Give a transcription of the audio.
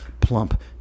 plump